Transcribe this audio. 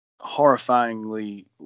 horrifyingly